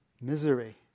misery